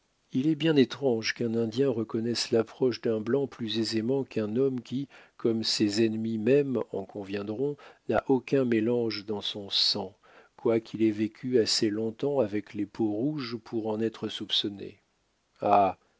il est bien étrange qu'un indien reconnaisse l'approche d'un blanc plus aisément qu'un homme qui comme ses ennemis mêmes en conviendront n'a aucun mélange dans son sang quoiqu'il ait vécu assez longtemps avec les peaux-rouges pour en être soupçonné ah